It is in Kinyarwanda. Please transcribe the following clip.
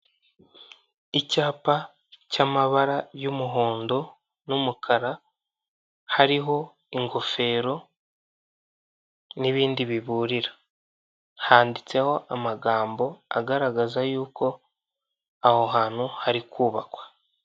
Icyapa cy'amabara y'umuhondo n'umukara, hariho ingofero n'ibindi biburira. Handitseho amagambo agaragaza yuko aho hantu hari kubakwa.